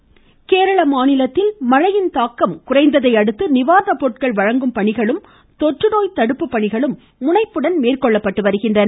சின்ஹா கேரளாவில் மழையின் தாக்கம் குறைந்ததை அடுத்து நிவாரண பொருட்கள் வழங்கும் பணிகளும் தொற்றுநோய் தடுப்பு பணிகளும் முனைப்புடன் மேற்கொள்ளப்பட்டு வருகின்றன